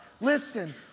listen